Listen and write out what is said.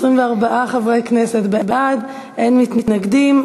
24 חברי כנסת בעד, אין מתנגדים.